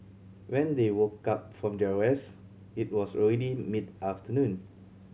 when they woke up from their rest it was already mid afternoon